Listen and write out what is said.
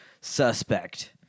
suspect